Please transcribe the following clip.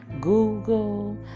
Google